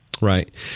Right